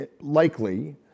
likely